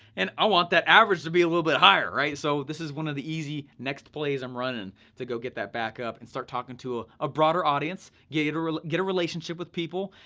and i want that average to be a little bit higher. so this is one of the easy next plays i'm running to go get that back up and starting talking to ah a broader audience, get ah get a relationship with people,